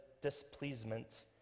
displeasement